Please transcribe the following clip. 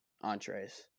entrees